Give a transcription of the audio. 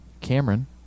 Cameron